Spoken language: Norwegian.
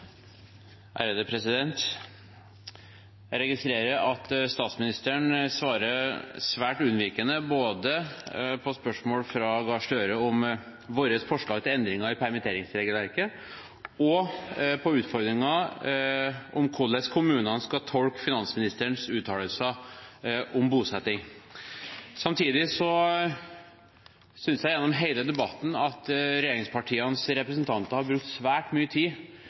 Jeg registrerer at statsministeren svarer svært unnvikende både på spørsmål fra Gahr Støre om våre forslag til endringer i permitteringsregelverket og på utfordringen om hvordan kommunene skal tolke finansministerens uttalelser om bosetting. Samtidig synes jeg gjennom hele debatten at regjeringspartienes representanter har brukt svært mye tid